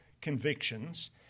convictions